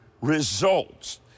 results